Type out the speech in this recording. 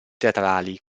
teatrali